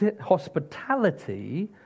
hospitality